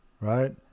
right